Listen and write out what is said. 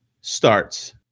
starts